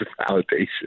validation